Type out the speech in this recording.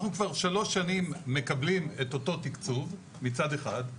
אנחנו כבר 3 שנים מקבלים את אותו תקצוב מצד אחד,